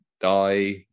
die